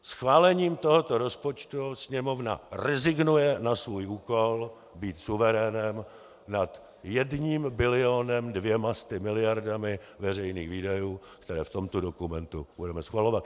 Schválením tohoto rozpočtu Sněmovna rezignuje na svůj úkol, být suverénem nad 1 bil. 200 mld. veřejných výdajů, které v tomto dokumentu budeme schvalovat.